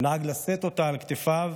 נהג לשאת אותה על כתפיו,